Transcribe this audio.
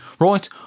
Right